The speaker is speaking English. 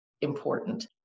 important